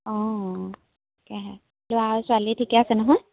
অঁ তাকেহে ল'ৰা আৰু ছোৱালী ঠিকে আছে নহয়